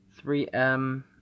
3M